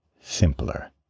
simpler